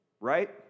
right